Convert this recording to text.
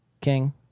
King